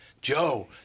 Joe